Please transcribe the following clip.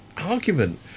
argument